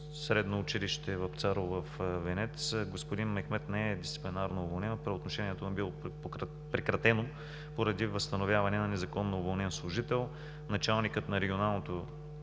Средно училище „Вапцаров“ в село Венец. Господин Мехмед не е дисциплинарно уволнен, а правоотношението му е било прекратено поради възстановяване на незаконно уволнен служител. Началникът на Регионалното